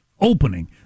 opening